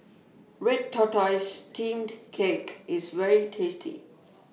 Red Tortoise Steamed Cake IS very tasty